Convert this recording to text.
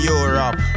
Europe